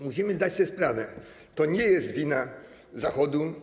Musimy zdać sobie sprawę, że to nie jest wina Zachodu.